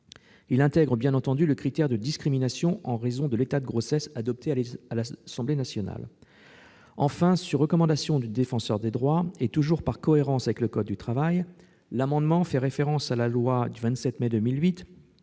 Il intègre, bien entendu, le critère de discrimination en raison de l'état de grossesse adopté à l'Assemblée nationale. Enfin, sur recommandation du Défenseur des droits, et toujours par cohérence avec le code du travail, l'amendement fait référence à la loi du 27 mai 2008